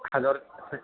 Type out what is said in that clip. hello